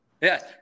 yes